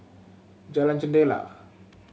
Jalan Jendela